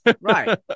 Right